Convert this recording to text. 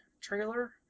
trailer